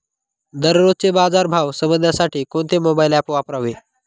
दररोजचे बाजार भाव समजण्यासाठी कोणते मोबाईल ॲप वापरावे?